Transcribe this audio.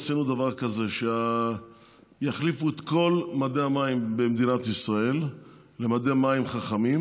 עשינו דבר כזה: שיחליפו את כל מדי המים במדינת ישראל למדי מים חכמים,